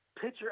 pitcher